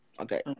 Okay